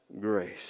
grace